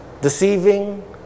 deceiving